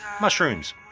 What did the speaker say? mushrooms